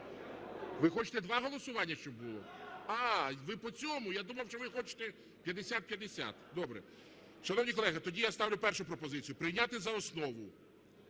Ви хочете два голосування, щоб було? А, ви по цьому. Я думав, що ви хочете 5050. Добре. Шановні колеги, тоді я ставлю першу пропозицію, прийняти за основу